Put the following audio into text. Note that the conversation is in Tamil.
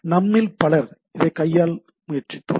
நம்மில் பலர் இதை கையால் முயற்சித்தோம்